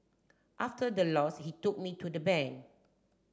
after the loss he took me to the bank